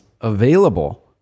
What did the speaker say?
available